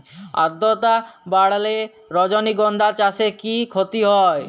আদ্রর্তা বাড়লে রজনীগন্ধা চাষে কি ক্ষতি হয়?